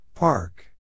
Park